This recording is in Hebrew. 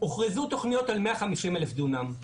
הוכרזו תוכניות על 150,000 דונם,